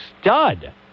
stud